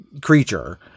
creature